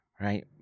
right